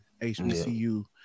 HBCU